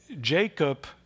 Jacob